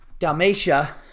Dalmatia